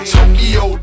Tokyo